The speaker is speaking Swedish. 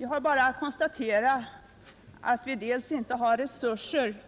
Jag har bara att konstatera dels att vi inte har resurser